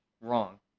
wrong